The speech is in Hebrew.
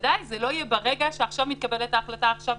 בוודאי זה לא יהיה באותו רגע שמתקבלת ההחלטה עכשיו,